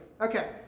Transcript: Okay